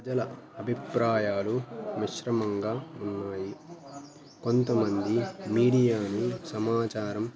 ప్రజల అభిప్రాయాలు మిశ్రమంగా ఉన్నాయి కొంతమంది మీడియాను సమాచారం